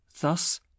thus